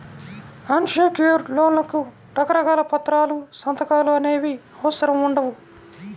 అన్ secured లోన్లకి రకరకాల పత్రాలు, సంతకాలు అనేవి అవసరం ఉండవు